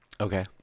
Okay